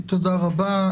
תודה רבה.